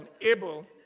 unable